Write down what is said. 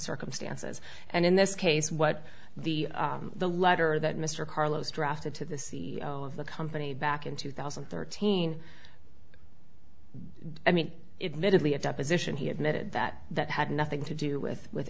circumstances and in this case what the the letter that mr carlos drafted to the c e o of the company back in two thousand and thirteen i mean it medically a deposition he admitted that that had nothing to do with with